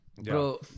Bro